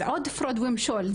אז עוד פרוד ומשול,